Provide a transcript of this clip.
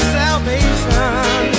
salvation